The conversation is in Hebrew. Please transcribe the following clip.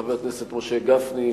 חבר הכנסת משה גפני,